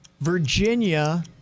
Virginia